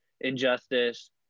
injustice